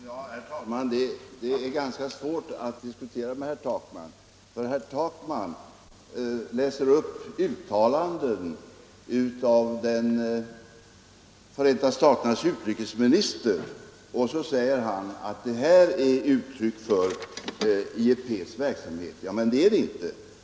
Herr talman! Det är ganska svårt att diskutera med herr Takman, för herr Takman läser upp uttalanden av Förenta staternas utrikesminister och så säger han att det här är uttryck för IEP:s verksamhet. Ja, men det är det inte.